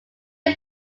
did